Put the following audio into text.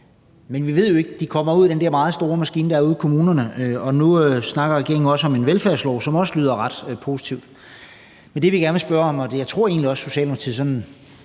penge ud til velfærd. De kommer ud i den der meget store maskine, der er ude i kommunerne, og nu snakker regeringen også om en velfærdslov, hvilket også lyder ret positivt. Men det, vi gerne vil spørge om – og jeg tror egentlig, at Socialdemokratiet,